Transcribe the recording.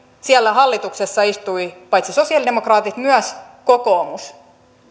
siellä hallituksessa istui paitsi sosialidemokraatit myös kokoomus